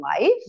life